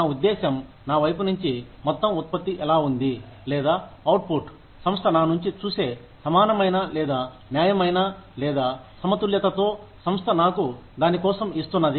నా ఉద్దేశ్యం నా వైపు నుంచి మొత్తం ఉత్పత్తి ఎలా ఉంది లేదా అవుట్పుట్ సంస్థ నా నుంచి చూసే సమానమైన లేదా న్యాయమైన లేదా సమతుల్యతతో సంస్థ నాకు దాని కోసం ఇస్తున్నది